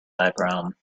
background